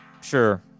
sure